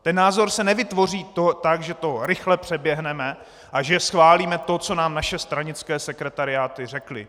Ten názor se nevytvoří tak, že to rychle přeběhneme a že schválíme to, co nám naše stranické sekretariáty řekly.